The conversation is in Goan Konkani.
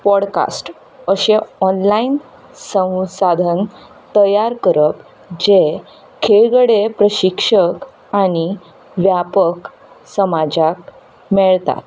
पॉडकास्ट अशे ऑनलायन संवसाधन तयार करप जे खेळगडे प्रशिक्षक आनी ग्राहक समाजाक मेळटात